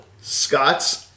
Scott's